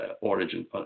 origin